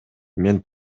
мен